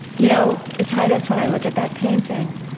you know ah titus, when i look at that painting,